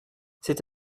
c’est